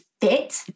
fit